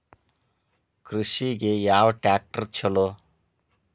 ಕೃಷಿಗ ಯಾವ ಟ್ರ್ಯಾಕ್ಟರ್ ಛಲೋ?